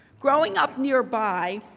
growing up nearby,